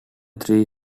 three